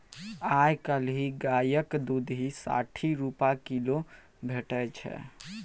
आइ काल्हि गायक दुध साठि रुपा किलो भेटै छै